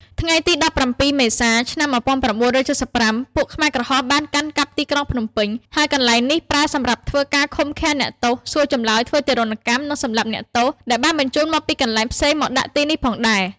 ថ្ងៃទី ១៧ មេសា ឆ្នាំ១៩៧៥ពួកខ្មែរក្រហមបានកាន់កាប់ទីក្រុងភ្នំពេញ ហើយកន្លែងនេះប្រើសម្រាប់ធ្វើការឃុំឃាំងអ្នកទោសសួរចម្លើយធ្វើទារុណកម្ម និងសម្លាប់អ្នកទោសដែលបានបញ្ចូនមកពីកន្លែងផ្សេងមកដាក់ទីនេះផងដែរ។